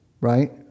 right